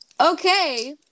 Okay